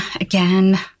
again